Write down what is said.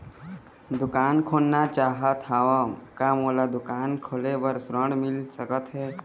दुकान खोलना चाहत हाव, का मोला दुकान खोले बर ऋण मिल सकत हे?